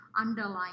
underlying